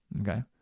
Okay